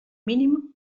mínim